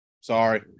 sorry